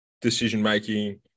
decision-making